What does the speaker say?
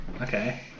Okay